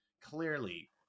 clearly